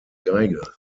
geige